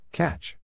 Catch